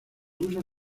uso